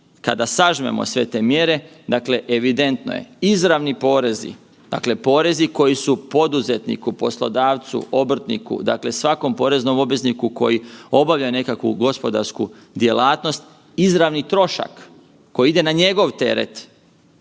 kada sažmemo sve te mjere evidentno je, izravni porezi, porezi koji su poduzetniku, poslodavcu, obrtniku dakle svakom poreznom obvezniku koji obavlja nekakvu gospodarsku djelatnost izravni trošak koji ide na njegov teret.